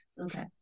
Okay